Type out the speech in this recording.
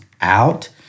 out